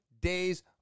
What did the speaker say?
days